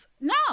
No